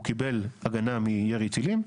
הוא קיבל הגנה מירי טילים,